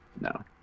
no